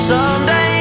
Someday